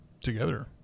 together